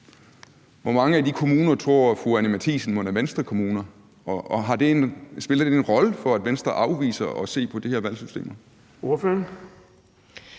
Hvor mange af de kommuner tror fru Anni Matthiesen mon er Venstrekommuner? Og spiller det en rolle for, at Venstre afviser at se på det her valgsystem?